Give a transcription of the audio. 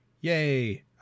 yay